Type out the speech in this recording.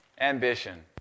ambition